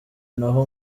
naho